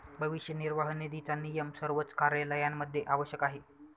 भविष्य निर्वाह निधीचा नियम सर्वच कार्यालयांमध्ये आवश्यक आहे